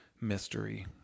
mystery